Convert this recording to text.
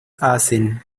hacen